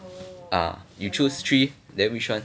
ah you choose three then which one